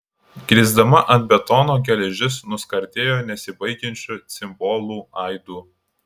krisdama ant betono geležis nuskardėjo nesibaigiančiu cimbolų aidu